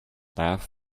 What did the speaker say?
laugh